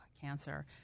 cancer